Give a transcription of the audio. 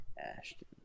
Ashton